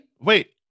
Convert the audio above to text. Wait